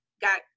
got